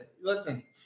Listen